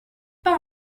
pas